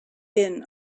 been